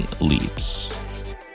leaps